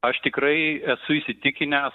aš tikrai esu įsitikinęs